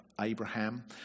Abraham